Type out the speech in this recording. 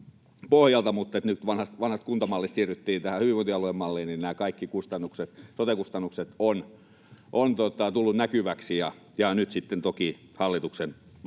pohjalta. Mutta nyt kun vanhasta kuntamallista siirryttiin tähän hyvinvointialuemalliin, niin nämä kaikki sote-kustannukset ovat tulleet näkyviksi ja jäävät nyt sitten toki valtion kustannettaviksi.